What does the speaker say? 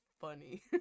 funny